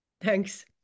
Thanks